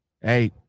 Hey